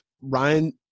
Ryan